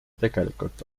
tegelikult